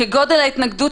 יש הוכחות,